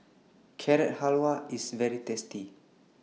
Carrot Halwa IS very tasty